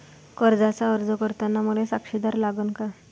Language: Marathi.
कर्जाचा अर्ज करताना मले साक्षीदार लागन का?